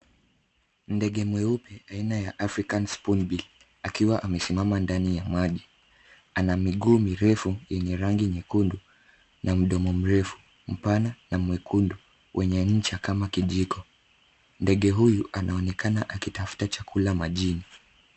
Ndege mweupe aina ya African spoonbill akiwa amesimama ndani ya maji ana miguu mirefu yenye rangi nyekundu na mdomo mrefu, mpana na mwekundu wenye ncha kama kijiko. Ndege huyu anaonekana akitafuta chakula majini.